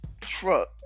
truck